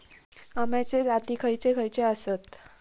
अम्याचे जाती खयचे खयचे आसत?